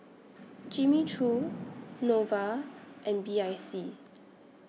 Jimmy Choo Nova and B I C